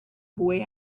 boy